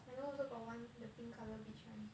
I know also got one the pink colour beach [one]